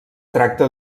tracta